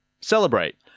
Celebrate